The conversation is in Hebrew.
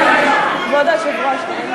כבוד היושב-ראש.